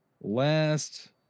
last